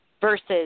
versus